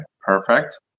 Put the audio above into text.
Perfect